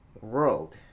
world